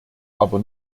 aber